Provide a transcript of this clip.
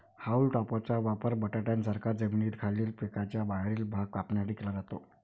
haulm टॉपरचा वापर बटाट्यांसारख्या जमिनीखालील पिकांचा बाहेरील भाग कापण्यासाठी केला जातो